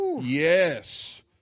yes